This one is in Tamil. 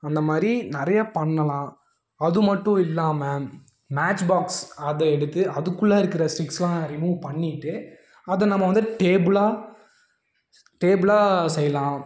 அந்த மாதிரி நிறையா பண்ணலாம் அதுட்டும் இல்லாமல் மேட்ச் பாக்ஸ் அதை எடுத்து அதுக்குள்ளே இருக்க ஸ்டிக்ஸ்யெலாம் ரிமூவ் பண்ணிவிட்டு அதை நம்ம வந்து டேபுளாக செய்யலாம்